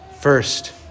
First